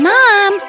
Mom